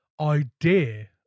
idea